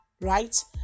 Right